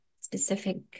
specific